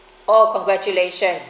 oh congratulation